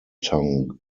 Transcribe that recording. tongue